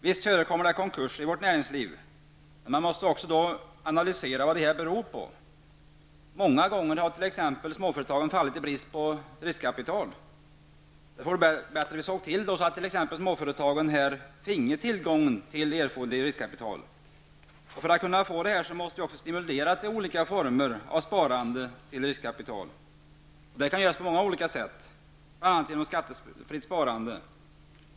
Visst förekommer det konkurser i vårt näringsliv. Men man måste då göra en analys för att ta reda på vad dessa beror på. Många gånger har småföretagen så att säga fallit i brist på riskkapital. Det vore därför bättre att se till att t.ex. småföretagen får tillgång till erforderligt riskkapital. Då måste vi stimulera olika former av sparande. Detta kan göras på många vis, bl.a. genom skattefritt sparande.